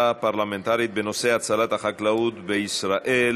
פרלמנטרית בנושא הצלת החקלאות בישראל,